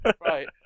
Right